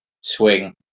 swing